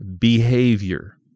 behavior